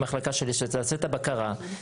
ממחלקה שלי שתעשה את הבקרה,